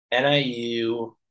NIU